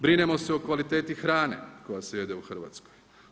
Brinemo se o kvaliteti hrane koja se jede u Hrvatskoj.